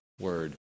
word